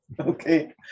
Okay